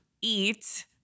eat